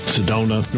Sedona